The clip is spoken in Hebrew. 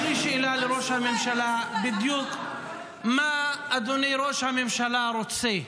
יש לי שאלה לראש הממשלה: מה אדוני ראש הממשלה רוצה?